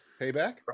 Payback